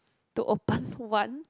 to open one